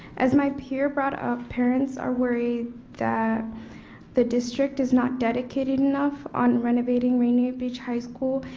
as my peer brought up, parents are worried that the district is not dedicating enough on renovating rainier beach high school.